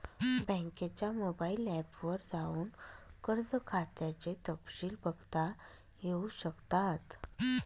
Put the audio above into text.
बँकेच्या mobile app वर जाऊन कर्ज खात्याचे तपशिल बघता येऊ शकतात